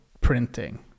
printing